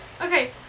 okay